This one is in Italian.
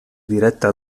diretta